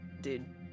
dude